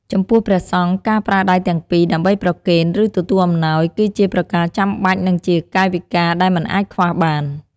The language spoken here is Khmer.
ចំពោះព្រះសង្ឃ ការប្រើដៃទាំងពីរដើម្បីប្រគេន ឬទទួលអំណោយ គឺជាប្រការចាំបាច់ និងជាកាយវិការដែលមិនអាចខ្វះបាន។